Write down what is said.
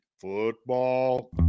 Football